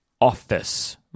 office